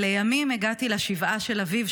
לימים הגעתי לשבעה של אביו,